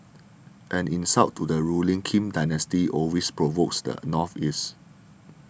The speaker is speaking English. any insult to the ruling Kim dynasty always provokes the North's Ire's